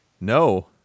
No